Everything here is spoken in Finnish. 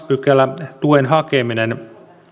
pykälä tuen hakeminen